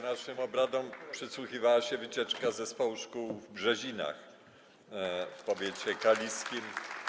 Naszym obradom przysłuchuje się wycieczka z Zespołu Szkół w Brzezinach w powiecie kaliskim.